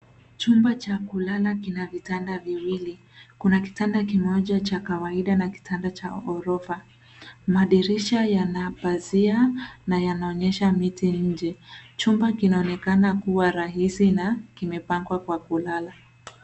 Chumba cha kulala kina vitanda viwili, kuna kitanda kimoja cha kawaida na kitanda cha ghorofa. Mandirisha yana pazia na yanaonyesha miti nje. Chumba kina onekana kuwa rahisi na kimepangwa kwa kulala.